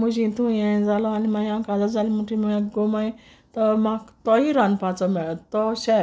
म्हुज इतूं हें जालो आनी मागी हांव काजार जाल म्हुट्री मागी तोय रांदपाचो मेळ्ळो तो चॅफ